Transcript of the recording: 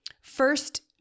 first